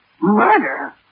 Murder